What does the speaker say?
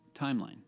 timeline